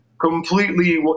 completely